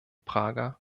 prager